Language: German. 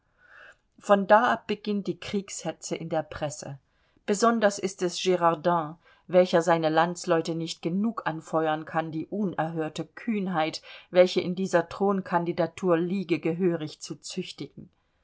von da ab beginnt die kriegshetze in der presse besonders ist es girardin welcher seine landsleute nicht genug anfeuern kann die unerhörte kühnheit welche in dieser thronkandidatur liege gehörig zu züchtigen